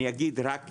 אני אגיד רק להמחשה,